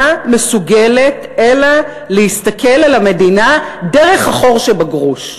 מסוגלת אלא להסתכל על המדינה דרך החור שבגרוש.